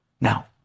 Now